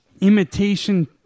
imitation